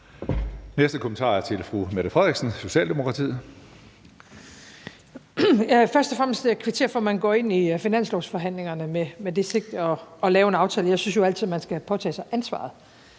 Næste kommentar er til fru Mette Frederiksen, Socialdemokratiet. Kl. 16:10 Mette Frederiksen (S): Jeg vil først og fremmest kvittere for, at man går ind i finanslovsforhandlingerne med det sigte at lave en aftale. Jeg synes altid, at man skal påtage sig ansvaret.